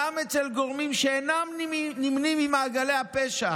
גם אצל גורמים שאינם נמנים עם מעגלי הפשע.